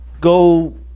go